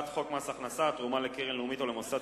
מס הכנסה (תרומה לקרן לאומית או למוסד